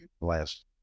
last